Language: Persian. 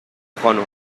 خانم